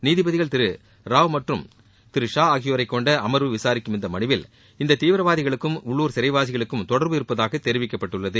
நீதிபதிகள் திரு ராவ் மற்றும் திரு ஷா ஆகியோர் கொண்ட அமர்வு விசாரிக்கும் இந்த மனுவில் இந்த தீவிரவாதிகளுக்கும் உள்ளுர் சிறைவாசிகளுக்கும் தொடர்பிருப்பதாக தெரிவிக்கப்பட்டுள்ளது